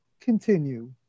continue